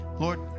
Lord